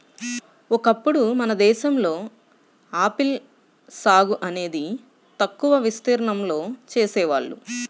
ఒకప్పుడు మన దేశంలో ఆపిల్ సాగు అనేది తక్కువ విస్తీర్ణంలో చేసేవాళ్ళు